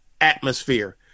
atmosphere